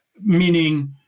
meaning